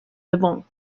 levant